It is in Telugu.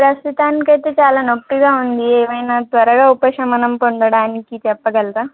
ప్రస్తుతానికి అయితే చాలా నొప్పిగా ఉంది ఏమైనా త్వరగా ఉపశమనం పొందడానికి చెప్పగలరాా